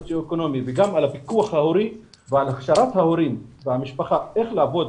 הסוציו אקונומי וגם על הפיקוח ההורי ועל הכשרת ההורים והמשפחה איך לעבוד